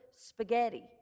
Spaghetti